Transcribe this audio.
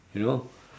you know